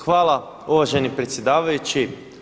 Hvala uvaženi predsjedavajući.